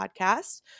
podcast